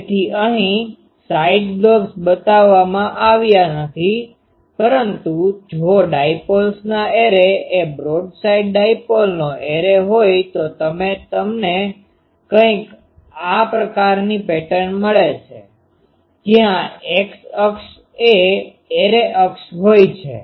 તેથી અહીં side lobes બતાવવામાં આવ્યાં નથી પરંતુ જો ડાયપોલ્સના એરે એ બ્રોડસાઇડ ડાયપોલનો એરે હોઈ તો તમને કંઈક આ પ્રકારની પેટર્ન મળે છે જ્યાં X અક્ષ એ એરે અક્ષ હોય છે